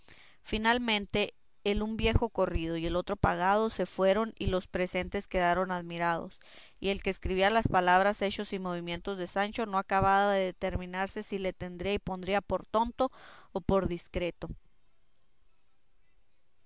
finalmente el un viejo corrido y el otro pagado se fueron y los presentes quedaron admirados y el que escribía las palabras hechos y movimientos de sancho no acababa de determinarse si le tendría y pondría por tonto o por discreto